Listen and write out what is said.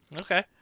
Okay